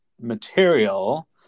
material